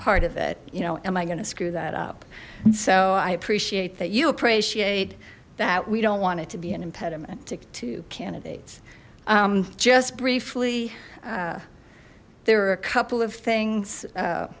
part of it you know am i going to screw that up so i appreciate that you appreciate that we don't want it to be an impediment to candidates just briefly there are a couple of things